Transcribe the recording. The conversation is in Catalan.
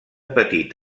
petit